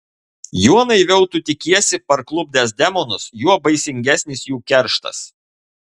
juo naiviau tu tikiesi parklupdęs demonus juo baisingesnis jų kerštas